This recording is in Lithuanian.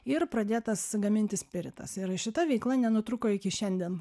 ir pradėtas gaminti spiritas ir šita veikla nenutrūko iki šiandien